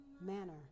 manner